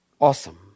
Awesome